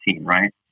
Right